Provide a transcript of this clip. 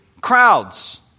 crowds